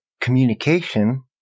communication